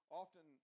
often